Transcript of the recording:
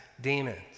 demons